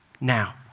now